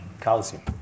calcium